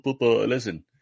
Listen